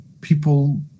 people